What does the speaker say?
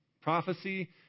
Prophecy